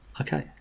Okay